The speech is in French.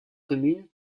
commune